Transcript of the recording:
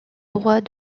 droit